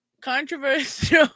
Controversial